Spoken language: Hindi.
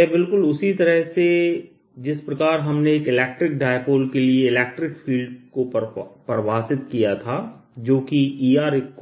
यह बिल्कुल उसी तरह से जिस प्रकार हमने एक इलेक्ट्रिक डाइपोल के लिए इलेक्ट्रिक फील्ड को परिभाषित किया था जो कि Er14π03prr